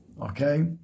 Okay